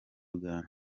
uganda